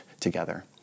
Together